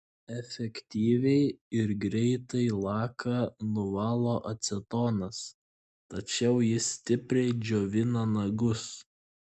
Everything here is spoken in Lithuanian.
efektyviai ir greitai laką nuvalo acetonas tačiau jis stipriai džiovina nagus